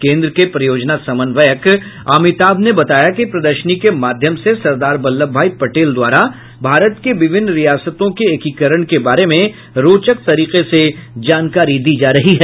केन्द्र के परियोजना समन्वयक अमिताभ ने बताया कि प्रदर्शनी के माध्यम से सरदार वल्लभ भाई पटेल द्वारा भारत के विभिन्न रियासतों के एकीकरण के बारे में रोचक तरीके से जानकारी दी जा रही है